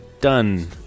done